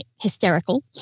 hysterical